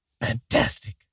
Fantastic